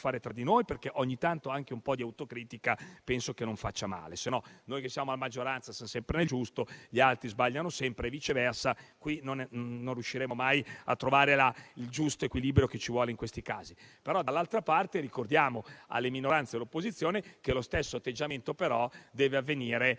fare tra di noi perché ogni tanto anche un po' di autocritica penso non faccia male, altrimenti noi che siamo in maggioranza siamo sempre nel giusto e gli altri sbagliano sempre e viceversa. Ragionando così non riusciremo mai a trovare il giusto equilibrio che ci vuole in questi casi. Però, dall'altra parte, ricordiamo all'opposizione che lo stesso atteggiamento dovrà esserci